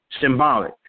symbolic